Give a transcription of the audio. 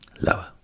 lower